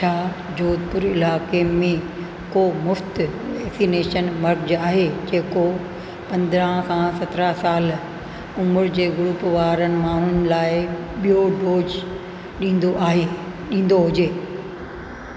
छा जोधपुर इलाइक़े में को मुफ़्ति वैक्सिनेशन मर्कज़ु आहे जेको पंद्रहं खां सत्रहं साल उमिरि जे ग्रूप वारनि माण्हुनि लाइ बि॒यों डोज ॾींदो आहे ॾींदो हुजे